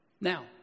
Now